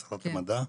שרת המדע,